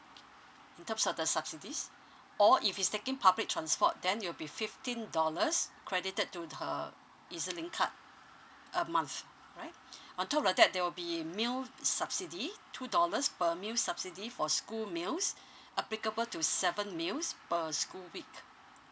in terms of the subsidies or if he's taking public transport then it'll be fifteen dollars credited to her ezlink card a month right on top of that there will be meal subsidy two dollars per meal subsidy for school meals applicable to seven meals per school week